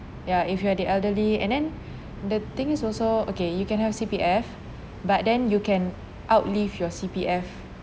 ya if you are the elderly and then the thing is also okay you can have C_P_F but then you can uplift your C_P_F